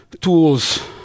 tools